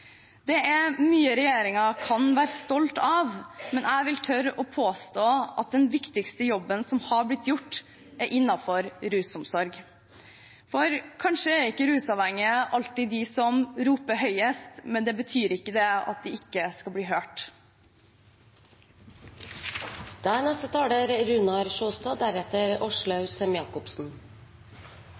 Det er mye som regjeringen kan være stolt av, men jeg vil tørre å påstå at den viktigste jobben som har blitt gjort, er innenfor rusomsorgen, for kanskje er ikke rusavhengige de som alltid roper høyest, men det betyr ikke at de ikke skal bli